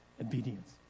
Obedience